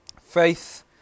Faith